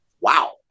wow